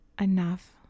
enough